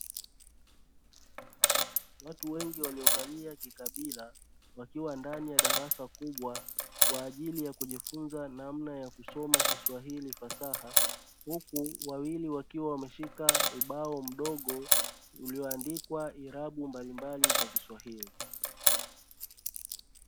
Watu wengi waliovalia kikabila wakiwa ndani ya darasa wakiwa ndani ya darasa kubwa kwa ajili ya kujifunza namna ya kusoma kiswahili fasaha, huku wawili wakiwa wameshika ubao mdogo ulioandikwa irabu mbalimbali za kiswahili.